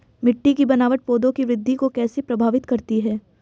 मिट्टी की बनावट पौधों की वृद्धि को कैसे प्रभावित करती है?